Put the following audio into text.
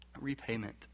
repayment